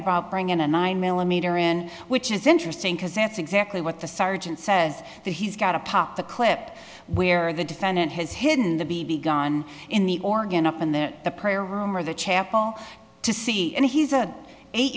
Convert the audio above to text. about being in a nine millimeter in which is interesting because that's exactly what the sergeant says that he's got to pop the clip where the defendant has hidden the b b gun in the organ up and then the prayer room or the chapel to see and he's a eight